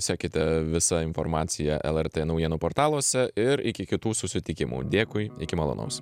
sekite visą informaciją lrt naujienų portaluose ir iki kitų susitikimų dėkui iki malonaus